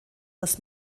das